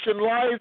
Life